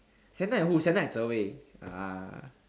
Sienna and who Sienne and Zhi-Wei ah